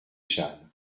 jeanne